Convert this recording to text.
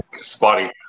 spotty